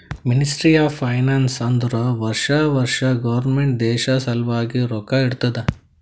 ministry of finance ಅಂದುರ್ ವರ್ಷಾ ವರ್ಷಾ ಗೌರ್ಮೆಂಟ್ ದೇಶ ಸಲ್ವಾಗಿ ರೊಕ್ಕಾ ಇಡ್ತುದ